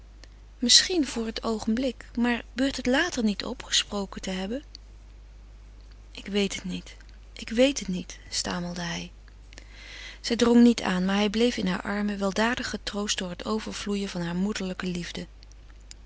misschien voor het oogenblik maar beurt het later niet op gesproken te hebben ik weet het niet ik weet het niet stamelde hij zij drong niet aan maar hij bleef in hare armen weldadig getroost door het overvloeien harer moederlijke liefde